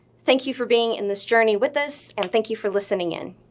thank you for being in this journey with us. and thank you for listening in.